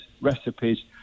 recipes